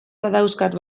badauzkat